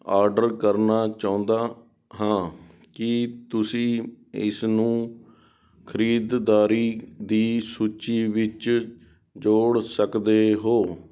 order ਕਰਨਾ ਚਾਹੁੰਦਾ ਹਾਂ ਕੀ ਤੁਸੀਂ ਇਸਨੂੰ ਖਰੀਦ ਦਾਰੀ ਦੀ ਸੂਚੀ ਵਿੱਚ ਜੋੜ ਸਕਦੇ ਹੋ